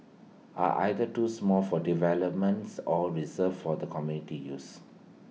are either too small for developments or reserved for the community use